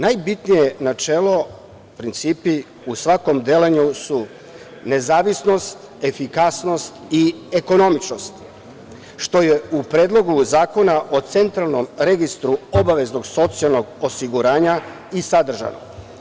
Najbitnije načelo, principi u svakom delanju su nezavisnost, efikasnost i ekonomičnost što je u Predlogu zakona o Centralnom registru obaveznog socijalnog osiguranja i sadržano.